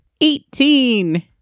Eighteen